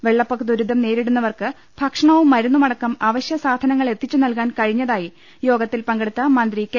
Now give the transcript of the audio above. വെള്ളപ്പൊക്കദു രിതം നേരിടുന്നവർക്ക് ഭക്ഷണവും മരുന്നുമടക്കം അവശ്യസാധനങ്ങൾ എത്തിച്ചുനൽകാൻ കഴിഞ്ഞതായി യോഗത്തിൽപങ്കെടുത്ത മന്ത്രി കെ